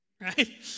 Right